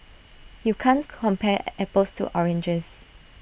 you can't compare apples to oranges